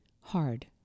hard